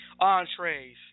entrees